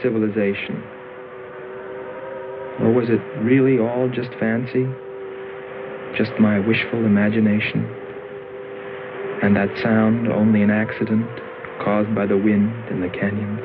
civilization was it really all just fancy just my wishful imagination and has found only an accident caused by the wind in the canyon